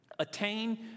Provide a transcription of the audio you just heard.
attain